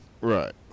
Right